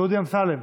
דודי אמסלם.